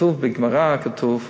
בגמרא כתוב: